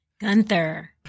Gunther